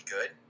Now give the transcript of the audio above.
good